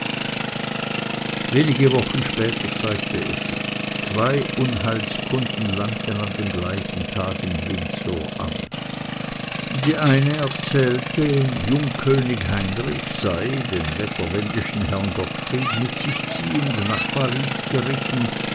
wenige wochen später zeigte es sich zwei unheilskunden langten an dem gleichen tage in windsor an die eine erzählte jungkönig heinrich sei den wetterwendischen herrn gottfried mit sich ziehend nach paris geritten